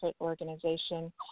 organization